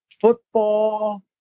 football